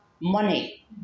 money